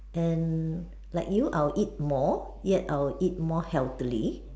and like you I will eat more yet I will eat more healthily